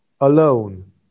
alone